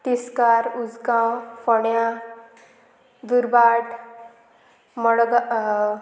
तिसकार उसगांव फोण्या दुर्बाट मड